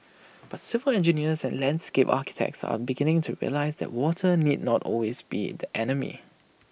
but civil engineers and landscape architects are beginning to realise that water need not always be the enemy